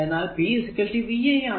എന്നാൽ p vi ആണ്